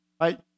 Right